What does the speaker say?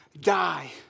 die